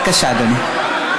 בבקשה, אדוני.